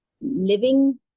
living